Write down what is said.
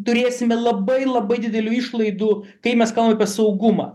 turėsime labai labai didelių išlaidų kai mes kalbam apie saugumą